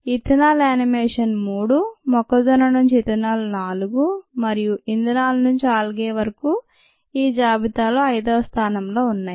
ethanol animation 3 మొక్కజొన్న నుంచి ethanol 4 మరియు ఇంధనాల నుంచి ఆల్గే వరకు ఈ జాబితాలో 5వ స్థానంలో ఉన్నాయి